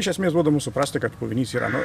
iš esmės duoda mum suprasti kad puvinys yra nu